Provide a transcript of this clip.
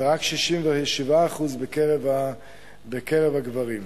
ורק 67% מהגברים.